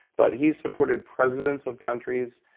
but he's supported presidents of countries.